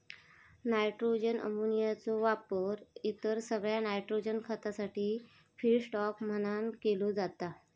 nitrogen अमोनियाचो वापर इतर सगळ्या नायट्रोजन खतासाठी फीडस्टॉक म्हणान केलो जाता